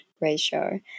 ratio